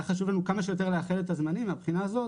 מה שחשוב זה כמה שיותר מהר לאחד את הזמנים מהבחינה הזאת